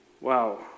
Wow